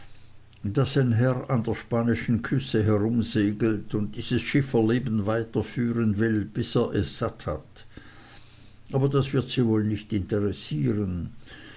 daß sein herr an der spanischen küste herumsegelt und dieses schifferleben weiter führen will bis er es satt hat aber das wird sie wohl nicht interessieren